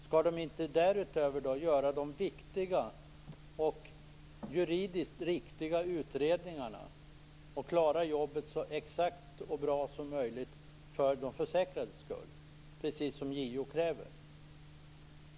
Skall inte det som de därutöver gör vara att utföra de viktiga och juridiskt riktiga utredningarna, så att de klarar jobbet så exakt och bra som möjligt för de försäkrades skull, precis som JO kräver?